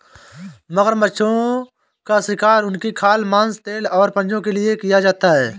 मगरमच्छों का शिकार उनकी खाल, मांस, तेल और पंजों के लिए किया जाता है